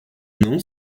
não